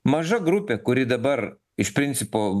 maža grupė kuri dabar iš principo